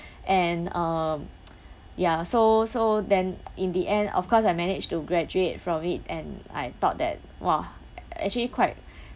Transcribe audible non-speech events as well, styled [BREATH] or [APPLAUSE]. [BREATH] and uh [NOISE] ya so so then in the end of course I managed to graduate from it and I thought that !wah! actually quite [BREATH]